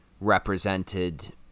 represented